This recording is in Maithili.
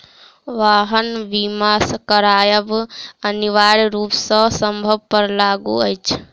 वाहन बीमा करायब अनिवार्य रूप सॅ सभ पर लागू अछि